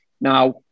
Now